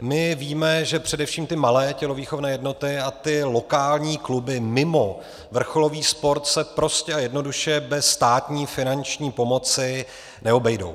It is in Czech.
My víme, že především malé tělovýchovné jednoty a lokální kluby mimo vrcholový sport se prostě a jednoduše bez státní finanční pomoci neobejdou.